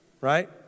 right